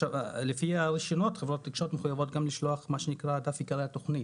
לפי הרישיונות חברות התקשורת גם מחויבות לשלוח דף עיקרי התוכנית,